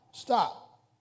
Stop